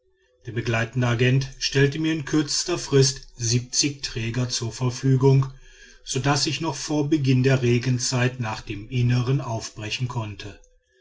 der begleitende agent stellte mir in kürzester frist siebzig träger zur verfügung so daß ich noch vor beginn der regenzeit nach dem innern aufbrechen konnte